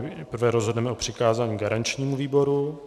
Nejprve rozhodneme o přikázání garančnímu výboru.